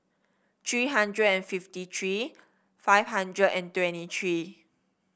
three hundred and fifty three five hundred and twenty three